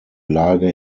lage